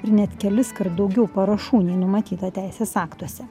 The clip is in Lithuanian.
ir net keliskart daugiau parašų nei numatyta teisės aktuose